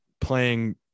playing